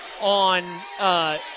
on